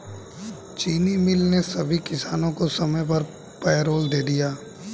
चीनी मिल ने सभी किसानों को समय पर पैरोल दे दिया